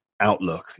outlook